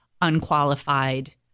unqualified